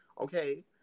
Okay